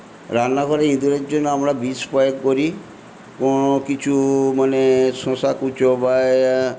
রান্নাঘরে ইঁদুরের জন্য আমরা বিষ প্রয়োগ করি কোনো কিছু মানে শসা কুঁচো বা